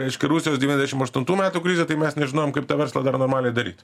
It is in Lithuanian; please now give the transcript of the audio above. reiškia rusijos devyniasdešim aštuntų metų krizė tai mes nežinojom kaip tą verslą dar normaliai daryt